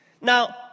Now